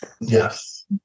Yes